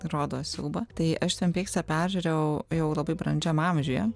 rodo siaubą tai aš tvin pyksą peržiūrėjau jau labai brandžiam amžiuje